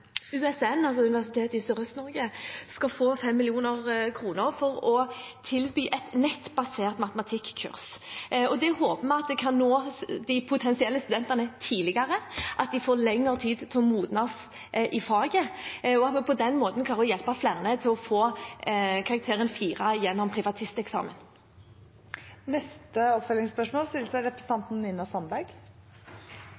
USN, Universitetet i Sørøst-Norge, skal få 5 mill. kr for å tilby et nettbasert matematikkurs. Det håper vi kan nå de potensielle studentene tidligere, slik at de får lengre tid til å modnes i faget. På den måten kan vi hjelpe flere til å få karakteren 4 gjennom privatisteksamen. Nina Sandberg – til oppfølgingsspørsmål.